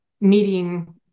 meeting